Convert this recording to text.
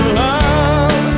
love